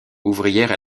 ouvrière